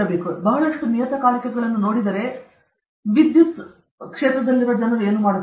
ನೀವು ಬಹಳಷ್ಟು ನಿಯತಕಾಲಿಕಗಳನ್ನು ನೋಡಿದರೆ ವಿದ್ಯುತ್ ಜನರು ಏನು ಮಾಡುತ್ತಿದ್ದಾರೆ